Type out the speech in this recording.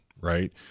right